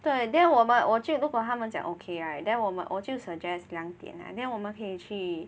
对 then 我们我就如果他们讲 okay right then 我们我就 suggest 两点 ah then 我们可以去